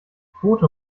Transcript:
foto